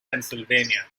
pennsylvania